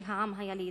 של העם היליד,